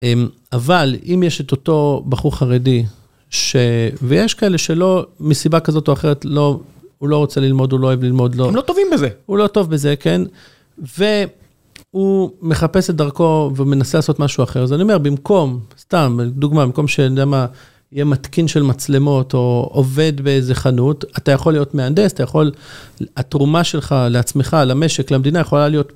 אבל אם יש את אותו בחור חרדי ויש כאלה שלא, מסיבה כזאת או אחרת, הוא לא רוצה ללמוד, הוא לא אוהב ללמוד. הם לא טובים בזה. הוא לא טוב בזה, כן? והוא מחפש את דרכו ומנסה לעשות משהו אחר. אז אני אומר, במקום, סתם, דוגמה, במקום שאני יודע מה, יהיה מתקין של מצלמות או עובד באיזה חנות, אתה יכול להיות מהנדס, אתה יכול, התרומה שלך לעצמך, למשק, למדינה יכולה להיות.